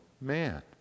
man